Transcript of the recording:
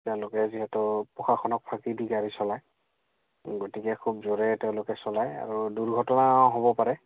তেওঁলোকে যিহেতু প্ৰশাসনক ফাঁকি দি গাড়ী চলায় গতিকে খুব জোৰে তেওঁলোকে চলায় আৰু দুৰ্ঘটনা হ'ব পাৰে